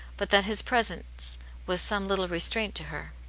but that his presence was some little restraint to her.